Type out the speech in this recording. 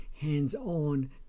hands-on